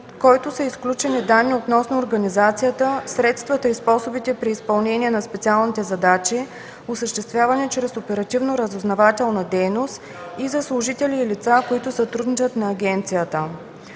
от който са изключени данни относно организацията, средствата и способите при изпълнение на специалните задачи, осъществени чрез оперативно-разузнавателна дейност, и за служители и лица, които сътрудничат на агенцията.